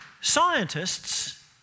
Scientists